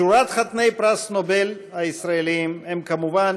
שורת חתני פרס נובל הישראלים הם כמובן